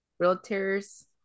realtors